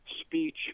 speech